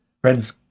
Friends